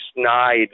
snide